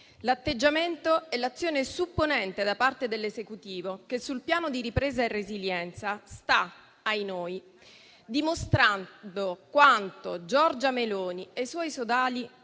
l'atteggiamento e l'azione supponente da parte dell'Esecutivo che sul Piano di ripresa e resilienza sta - ahinoi - dimostrando quanto Giorgia Meloni e i suoi sodali